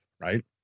right